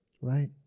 right